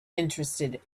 interested